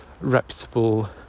reputable